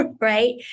right